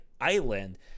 island